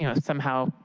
you know somehow,